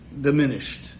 diminished